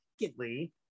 secondly